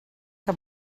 que